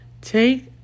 take